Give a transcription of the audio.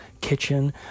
kitchen